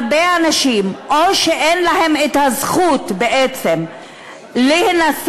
הרבה אנשים או שאין להם הזכות בעצם להינשא